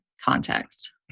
context